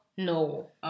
No